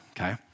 okay